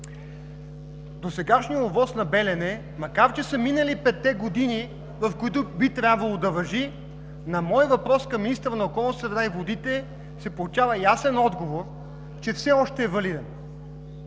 Досегашният ОВОС на „Белене“, макар че са минали петте години, в които би трябвало да важи, на моя въпрос към министъра на околната среда и водите се получава ясен отговор, че все още е валиден.